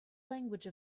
language